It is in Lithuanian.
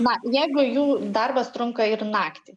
na jeigu jų darbas trunka ir naktį